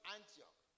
Antioch